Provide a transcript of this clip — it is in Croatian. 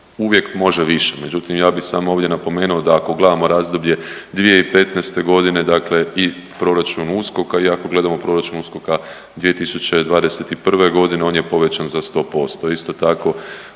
Uvijek može više. Međutim, ja bih samo ovdje napomenuo da ako gledamo razdoblje 2015. godine dakle i proračun USKOK-a i ako gledamo proračun USKOK-a 2021. godine on je povećan za 100%. Isto tako